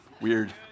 weird